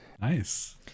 Nice